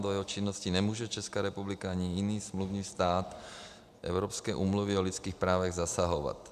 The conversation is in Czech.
Do jeho činnosti nemůže Česká republika ani jiný smluvní stát Evropské úmluvy o lidských právech zasahovat.